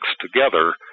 together